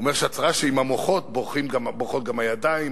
הוא אומר שהצרה שעם המוחות בורחות גם הידיים,